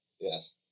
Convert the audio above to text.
Yes